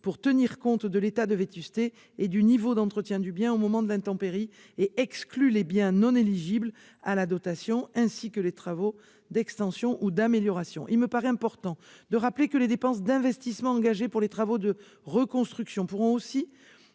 à tenir compte de l'état de vétusté et du niveau d'entretien du bien au moment de l'intempérie et exclut les biens non éligibles à la dotation ainsi que les travaux d'extension ou d'amélioration. Il me paraît néanmoins important de rappeler que les dépenses d'investissement engagées par les communes sinistrées pour financer